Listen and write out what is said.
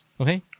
Okay